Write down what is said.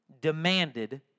demanded